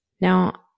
Now